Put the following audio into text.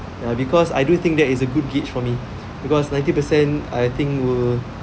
ya because I do think that is a good gauge for me because ninety percent I think will